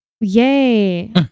yay